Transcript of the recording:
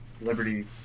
liberty